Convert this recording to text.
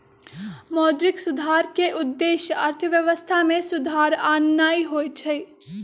मौद्रिक सुधार के उद्देश्य अर्थव्यवस्था में सुधार आनन्नाइ होइ छइ